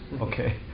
Okay